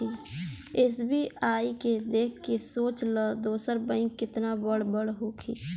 SBI के देख के सोच ल दोसर बैंक केतना बड़ बड़ होखी